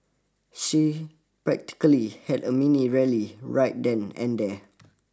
she practically had a mini rally right then and there